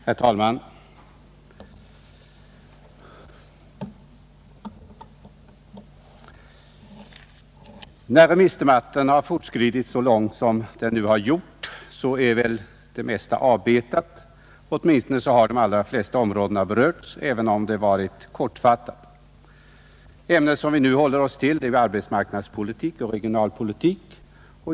Herr talman! När remissdebatten har fortskridit så långt som den nu har gjort är väl det mesta avbetat. Åtminsone har de allra flesta områden berörts, om även kortfattat. Det ämne vi nu diskuterar är arbetsmarknadspolitik och regionalpolitik.